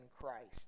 Christ